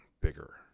bigger